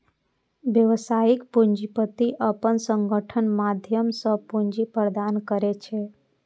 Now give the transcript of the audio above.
व्यावसायिक पूंजीपति अपन संगठनक माध्यम सं पूंजी प्रदान करै छै